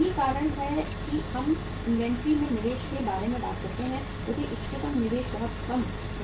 यही कारण है कि हम इन्वेंट्री में निवेश के बारे में बात करते हैं जो कि इष्टतम निवेश बहुत कम नहीं है